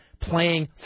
playing